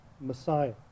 Messiah